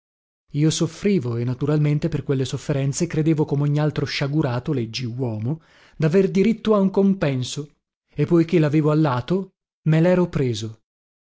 io soffrivo e naturalmente per quelle sofferenze credevo comogni altro sciagurato leggi uomo daver diritto a un compenso e poiché lavevo allato me lero preso